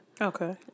Okay